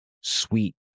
sweet